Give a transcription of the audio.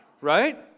Right